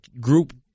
group